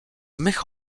mych